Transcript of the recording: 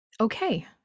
Okay